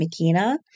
Makina